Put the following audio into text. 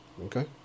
Okay